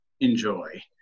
enjoy